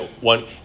one